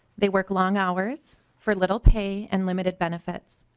they work long hours for little pay and limited benefit.